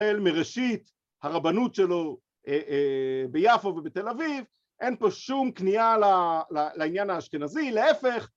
‫מראשית הרבנות שלו ביפו ובתל אביב, ‫אין פה שום כניעה לעניין האשטנזי, ‫להפך...